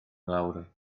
lawr